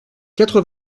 quatre